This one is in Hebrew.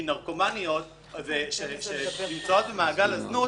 -- כי נרקומניות שנמצאות במעגל הזנות